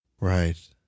right